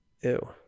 ew